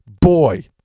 boy